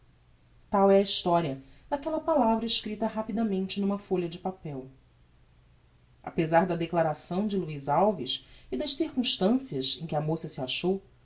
tal é a historia daquella palavra escripta rapidamente n'uma folha de papel apesar da declaração de luiz alves e das circumstancias em que a moça se achou